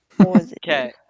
okay